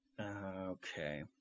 okay